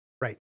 Right